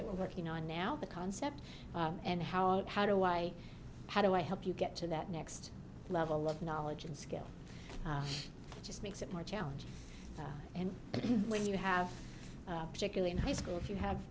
that we're working on now the concept and how how to why how do i help you get to that next level of knowledge and skill it just makes it more challenging and when you have particularly in high school if you have